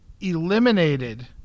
eliminated